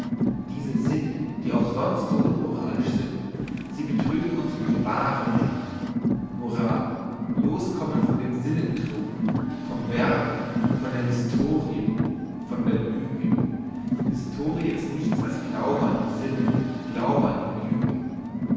diese sinne die auch sonst so unmoralisch sind sie betrügen uns über die wahre welt moral loskommen von dem sinnentrug vom werden von der historie von der lüge historie ist nichts als glaube an die sinne glaube an die lüge